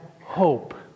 hope